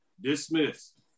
Dismissed